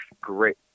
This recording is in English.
great